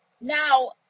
Now